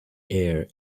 air